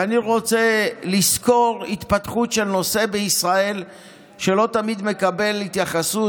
ואני רוצה לסקור התפתחות של נושא בישראל שלא תמיד מקבל התייחסות.